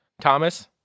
Thomas